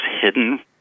hidden